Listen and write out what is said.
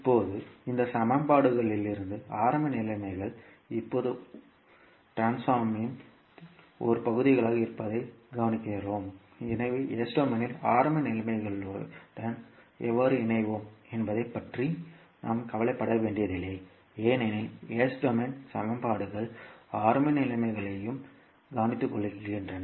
இப்போது இந்த சமன்பாடுகளிலிருந்து ஆரம்ப நிலைமைகள் இப்போது உருமாற்றத்தின் ஒரு பகுதியாக இருப்பதைக் கவனிக்கிறோம் எனவே s டொமைனில் ஆரம்ப நிலைமைகளுடன் எவ்வாறு இணைவோம் என்பதைப் பற்றி நாம் கவலைப்பட வேண்டியதில்லை ஏனெனில் s டொமைன் சமன்பாடுகள் ஆரம்ப நிலைமைகளையும் கவனித்துக்கொள்கின்றன